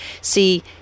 see